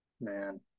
man